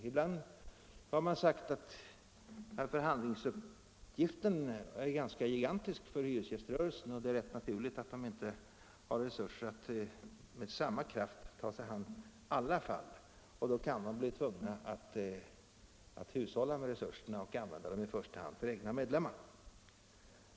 Ibland har man sagt att förhandlingsuppgiften är ganska gigantisk för hyresgäströrelsen och att det är rätt naturligt att denna inte har resurser att med samma kraft ta sig an alla fall. Därför kan hyresgäströrelsen bli tvungen att hushålla med resurserna och använda dem för i första hand de egna medlemmarna.